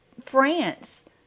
France